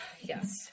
yes